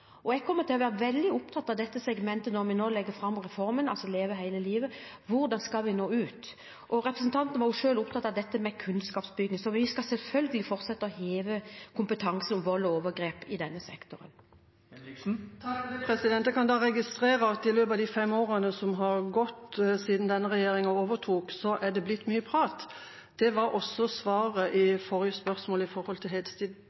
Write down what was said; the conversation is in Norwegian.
Jeg kommer til å være veldig opptatt av dette segmentet når vi nå legger fram reformen «Leve hele livet», av hvordan vi skal nå ut. Representanten var jo selv opptatt av kunnskapsbygging. Vi skal selvfølgelig fortsette å heve kompetansen om vold og overgrep i denne sektoren. Takk for det. Jeg kan registrere at i løpet av de fem årene som har gått siden denne regjeringa overtok, er det blitt mye prat. Det var også svaret